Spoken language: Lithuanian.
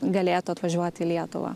galėtų atvažiuoti į lietuvą